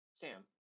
Sam